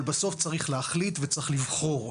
אבל בסוף, צריך להחליט וצריך לבחור.